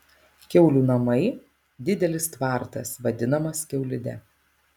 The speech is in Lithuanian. kiaulių namai didelis tvartas vadinamas kiaulide